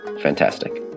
fantastic